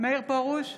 מאיר פרוש,